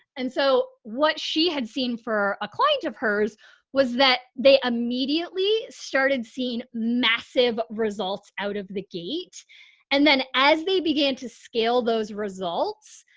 and so what she had seen for a client of hers was that they immediately started seeing massive results out of the gate and then as they began to scale those results,